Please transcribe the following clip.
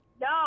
No